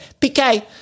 PK